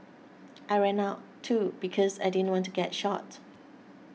I ran out too because I didn't want to get shot